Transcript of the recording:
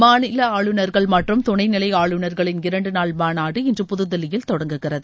மாநில ஆளுநர்கள் மற்றும் துணை நிலை ஆளுநர்களின் இரண்டு நாள் மாநாடு இன்று புதுதில்லியில் தொடங்குகிறது